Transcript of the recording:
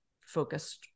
focused